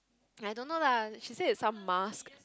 I don't know lah she said is some mask